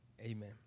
Amen